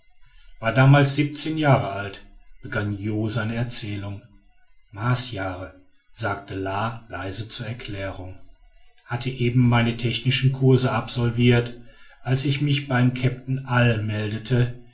war damals siebzehn jahr alt begann jo seine erzählung marsjahre sagte la leise zur erklärung hatte eben meinen technischen kursus absolviert als ich mich beim kapitän all meldete